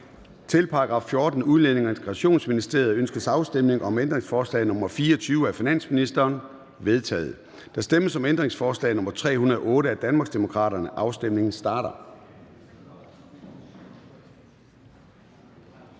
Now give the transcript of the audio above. stemte 0. Ændringsforslaget er forkastet. Ønskes afstemning om ændringsforslag nr. 40-56 af finansministeren? De er vedtaget. Der stemmes om ændringsforslag nr. 313 af Danmarksdemokraterne. Afstemningen starter.